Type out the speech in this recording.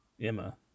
Emma